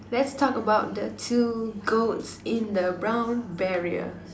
let's talk about the two goats in the brown barrier